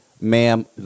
ma'am